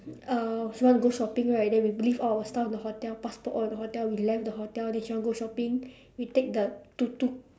uh she want to go shopping right then we leave all our stuff in the hotel passport all in the hotel we left the hotel then she want to go shopping we take the tuk tuk